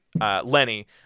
Lenny